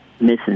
missing